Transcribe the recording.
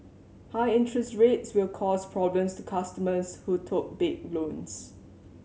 high interest rates will cause problems to customers who took big loans